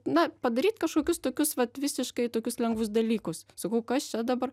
na padaryt kažkokius tokius vat visiškai tokius lengvus dalykus sakau kas čia dabar